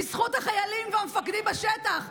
בזכות החיילים והמפקדים בשטח,